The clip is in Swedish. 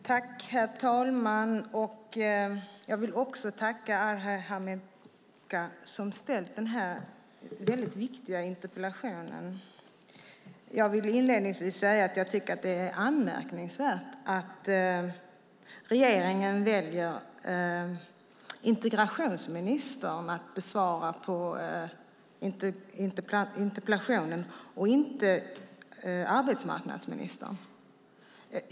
Herr talman! Jag vill tacka Arhe Hamednaca som har ställt denna väldigt viktiga interpellation. Jag vill inledningsvis säga att jag tycker att det är anmärkningsvärt att regeringen väljer integrationsministern att besvara interpellationen och inte arbetsmarknadsministern.